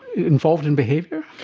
involved in behaviour?